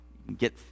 Get